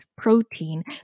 protein